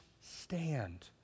stand